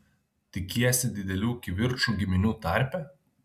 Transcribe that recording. tikiesi didelių kivirčų giminių tarpe